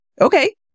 okay